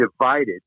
divided